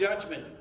judgment